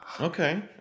Okay